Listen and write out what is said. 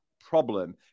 problem